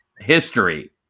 history